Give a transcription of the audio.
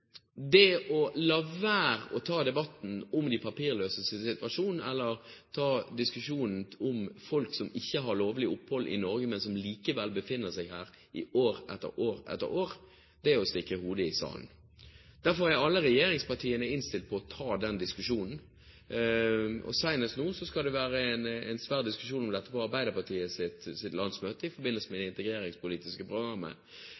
Det å la være å ta debatten om de papirløses situasjon eller å ta diskusjonen om folk som ikke har lovlig opphold i Norge, men som likevel befinner seg her år etter år, er å stikke hodet i sanden. Derfor er alle regjeringspartiene innstilt på å ta den diskusjonen. Senest nå skal det være en stor diskusjon om dette på Arbeiderpartiets landsmøte i forbindelse med det integreringspolitiske programmet,